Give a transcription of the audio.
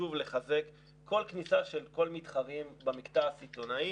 חשוב לחזק כל כניסה של כל מתחרים במקטע הסיטונאי.